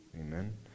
Amen